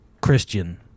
Christian